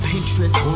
Pinterest